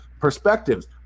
Perspectives